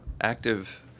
active